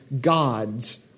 God's